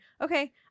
okay